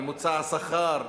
ממוצע השכר,